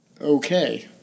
okay